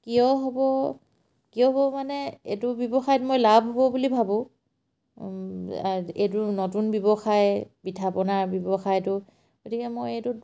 কিয় হ'ব কিয় হ'ব মানে এইটো ব্যৱসায়ত মই লাভ হ'ব বুলি ভাবোঁ এইটো নতুন ব্যৱসায় পিঠা পনাৰ ব্যৱসায়টো গতিকে মই এইটোত